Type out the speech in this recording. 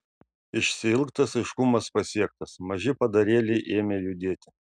išsiilgtas aiškumas pasiektas maži padarėliai ėmė judėti